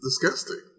disgusting